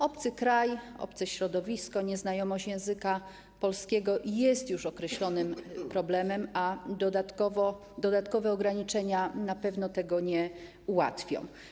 Obcy kraj, obce środowisko, nieznajomość języka polskiego są już określonym problemem, a dodatkowe ograniczenia na pewno tego nie ułatwiają.